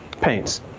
paints